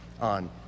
on